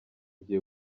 gihe